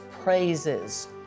praises